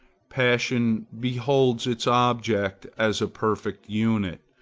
passion beholds its object as a perfect unit.